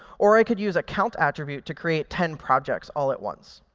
or i could use a count attribute to create ten projects all at once.